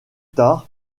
tard